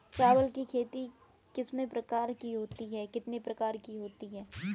चावल की खेती की किस्में कितने प्रकार की होती हैं?